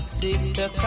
sister